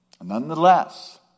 Nonetheless